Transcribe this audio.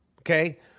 okay